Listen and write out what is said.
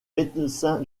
médecin